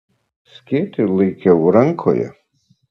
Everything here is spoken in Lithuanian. skėtį laikiau rankoje